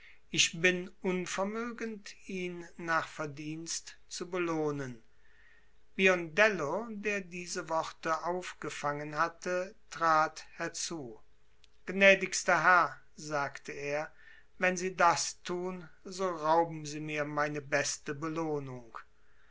ich bin unvermögend ihn nach verdienst zu belohnen biondello der diese worte aufgefangen hatte trat herzu gnädigster herr sagte er wenn sie das tun so rauben sie mir meine beste belohnung